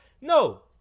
No